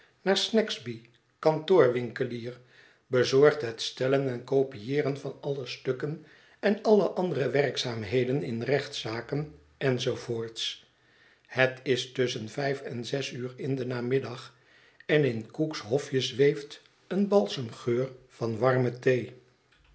naar snagsby kantoorwinkelier bezorgt het stellen en kopieeren van alle stukken en alle andere werkzaamheden in rechtszaken enz het is tusschen vijf en zes uur in den namiddag en in cook's hofje zweeft een balsemgeur van warme thee